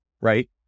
right